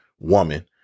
woman